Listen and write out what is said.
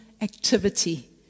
activity